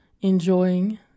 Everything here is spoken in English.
enjoying